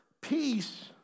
peace